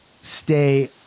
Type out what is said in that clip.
stay